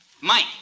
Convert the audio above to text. Mike